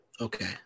Okay